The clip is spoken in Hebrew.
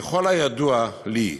ככל הידוע לי,